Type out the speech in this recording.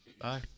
Bye